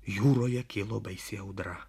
jūroje kilo baisi audra